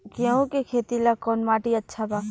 गेहूं के खेती ला कौन माटी अच्छा बा?